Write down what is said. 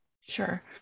sure